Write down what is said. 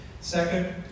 Second